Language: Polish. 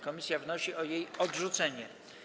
Komisja wnosi o jej odrzucenie.